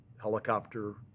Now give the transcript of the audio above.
helicopter